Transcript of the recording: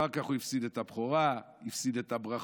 אחר כך הוא הפסיד את הבכורה, הפסיד את הברכות,